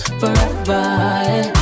forever